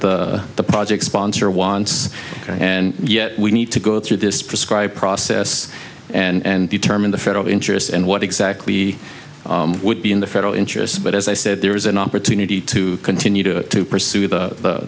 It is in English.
what the project sponsor wants and yet we need to go through the prescribe process and determine the federal interest in what exactly would be in the federal interest but as i said there is an opportunity to continue to pursue the